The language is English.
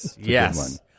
Yes